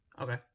Okay